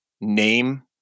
name